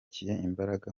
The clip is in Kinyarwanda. imbaraga